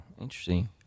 Interesting